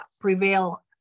prevail